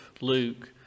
Luke